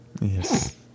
Yes